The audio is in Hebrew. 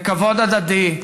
לכבוד הדדי,